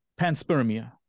Panspermia